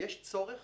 יש צורך